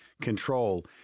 control